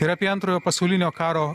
ir apie antrojo pasaulinio karo